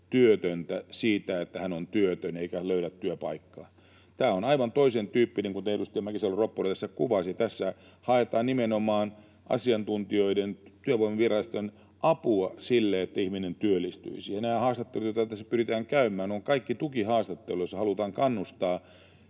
työtöntä siitä, että hän on työtön eikä löydä työpaikkaa. Tämä on aivan toisentyyppinen, kuten edustaja Mäkisalo-Ropponen tässä kuvasi. Tässä haetaan nimenomaan asiantuntijoiden, työvoimaviranomaisten, apua siihen, että ihminen työllistyisi, ja nämä haastattelut, joita tässä pyritään käymään, ovat kaikki tukihaastatteluja, joissa halutaan kannustaa